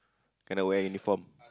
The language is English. cannot wear uniform